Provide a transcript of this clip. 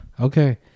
Okay